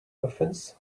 muffins